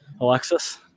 Alexis